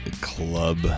Club